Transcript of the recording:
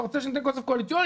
אתה רוצה כסף קואליציוני?